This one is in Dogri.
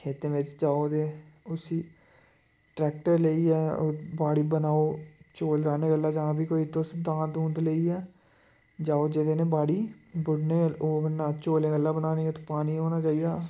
खेतें बिच्च जाओ ते उसी ट्रैक्टर लेइयै बाड़ी बनाओ चौल राह्ने बेल्लै जां फ्ही कोई तुस दांद दूंद लेइयै जाओ जेह्दे ने बाड़ी बुड़नी होग न चौले गल्लैं बनानी उत्त पानी होना चाहिदा